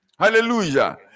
Hallelujah